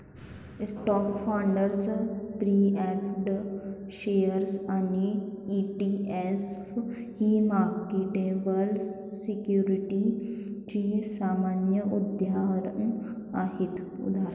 stocks, bonds, preferred shares आणि ETF ही marketable सिक्युरिटीजची सामान्य उदाहरणे आहेत